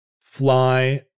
fly